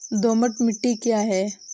दोमट मिट्टी क्या है?